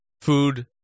food